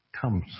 comes